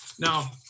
Now